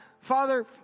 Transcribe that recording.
Father